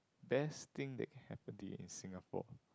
best thing that happen to you in Singapore